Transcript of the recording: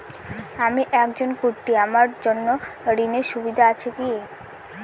আমি একজন কট্টি আমার জন্য ঋণের সুবিধা আছে কি?